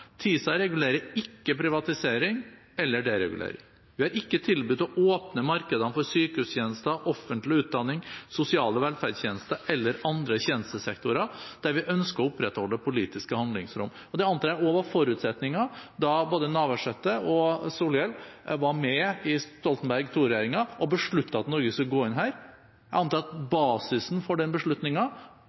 TISA regulerer ikke privatisering eller deregulering. Vi har ikke tilbudt å åpne markedene for sykehustjenester, offentlig utdanning, sosiale velferdstjenester eller andre tjenestesektorer der vi ønsker å opprettholde politiske handlingsrom. Det antar jeg også var forutsetningen da både Navarsete og Solhjell var med i Stoltenberg II-regjeringen og besluttet at Norge skulle gå inn her. Jeg antar at basisen for den